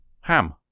Ham